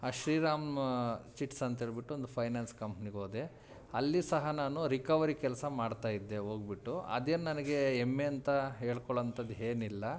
Shriram chits ಅಂತ್ಹೇಳ್ಬಿಟ್ಟು ಒಂದು finance ಕಂಪ್ನಿಗೆ ಹೋದೆ ಅಲ್ಲಿ ಸಹ ನಾನು ರಿಕವರಿ ಕೆಲಸ ಮಾಡ್ತಾಯಿದ್ದೆ ಹೋಗ್ಬಿಟ್ಟು ಅದೇನು ನನಗೆ ಹೆಮ್ಮೆ ಅಂತ ಹೇಳ್ಕೊಳ್ಳೊವಂಥದ್ ಏನಿಲ್ಲ